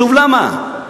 שוב, למה?